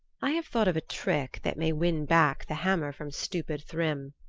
i have thought of a trick that may win back the hammer from stupid thrym.